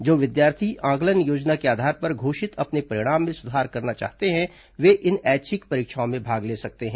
जो विद्यार्थी आंकलन योजना के आधार पर घोषित अपने परिणाम में सुधार करना चाहते हैं वे इन ऐच्छिक परीक्षाओं में भाग ले सकते हैं